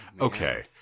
okay